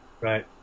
Right